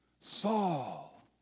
Saul